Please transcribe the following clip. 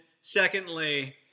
secondly